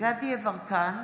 דסטה גדי יברקן,